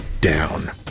down